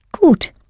Gut